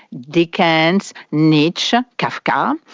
dickens, nietzsche, kafka. um